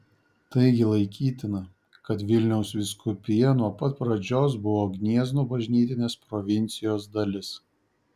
taigi laikytina kad vilniaus vyskupija nuo pat pradžios buvo gniezno bažnytinės provincijos dalis